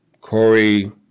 Corey